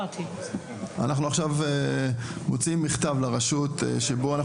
אנחנו עכשיו מוציאים מכתב לרשות שבו אנחנו